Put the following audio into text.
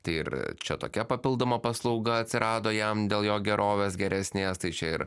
tai ir čia tokia papildoma paslauga atsirado jam dėl jo gerovės geresnės tai čia ir